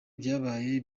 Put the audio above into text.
byabaye